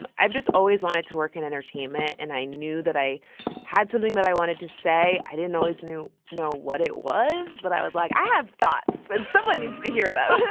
um i've just always wanted to work in entertainment. and i knew that i had something that i wanted to say. i didn't always know what it was, but i was like, i have thoughts and someone needs to hear them.